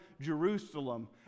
Jerusalem